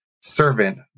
servant